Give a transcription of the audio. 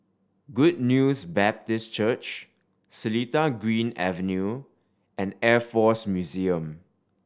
Good News Baptist Church Seletar Green Avenue and Air Force Museum